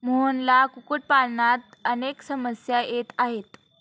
मोहनला कुक्कुटपालनात अनेक समस्या येत आहेत